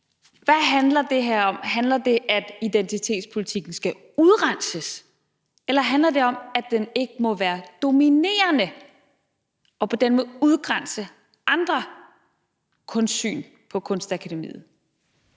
Hvad handler det her om? Handler det om, at identitetspolitikken skal udrenses, eller handler det om, at den ikke må være dominerende og på den måde udgrænse andre kunstsyn på Kunstakademiet?